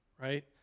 right